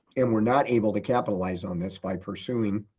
and were not able to capitalize on this by pursuing,